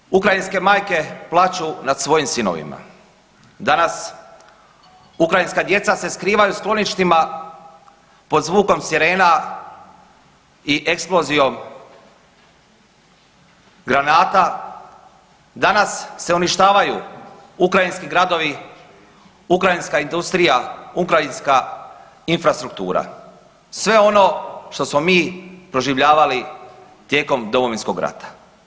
Danas ukrajinske majke plaču nad svojim sinovima, danas ukrajinska djeca se skriva u skloništima pod zvukom sirena i eksplozijom granata, danas se uništavaju ukrajinski gradovi, ukrajinska industrija, ukrajinska infrastruktura, sve ono što smo mi proživljavali tijekom Domovinskog rata.